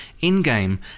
in-game